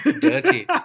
dirty